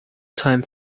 time